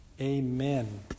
Amen